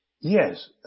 Yes